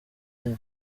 cyane